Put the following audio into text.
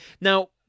Now